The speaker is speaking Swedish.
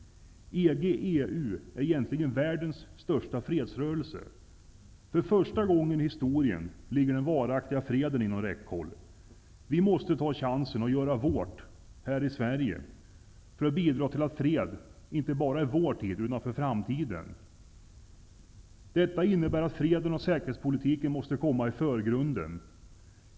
EG/EU är egentligen världens största fredsrörelse. För första gången i historien ligger den varaktiga freden inom räckhåll. Vi måste ta chansen och göra vårt, här i Sverige, för att bidra till fred inte bara i vår tid utan också för framtiden. Detta innebär att freden och säkerhetspolitiken måste komma i förgrunden.